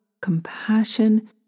compassion